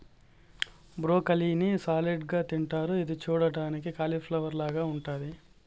broccoli ని salad గా తింటారు ఇది చూడ్డానికి కాలిఫ్లవర్ లాగ ఉంటాది